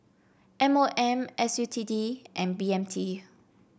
M O M S U T D and B M T